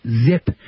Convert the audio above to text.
zip